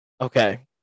okay